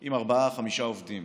עם ארבעה-חמישה עובדים